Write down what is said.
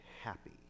happy